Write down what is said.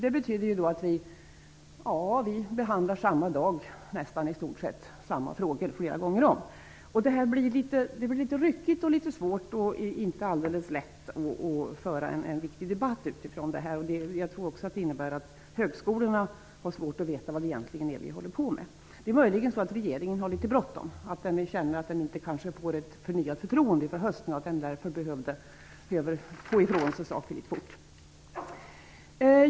Det betyder att vi under en och samma dag behandlar i stort sett samma frågor flera gånger om. Det blir därför ryckigt och litet svårt. Dessutom är det inte alldeles lätt att föra en viktig debatt när det förhåller sig på det här sättet. Jag tror också att högskolorna har svårt att veta vad vi egentligen håller på med. Möjligen har regeringen litet bråttom. Man känner kanske att man inte får förnyat förtroende till hösten, och därför känner man kanske att man behöver få fram saker och ting rätt fort.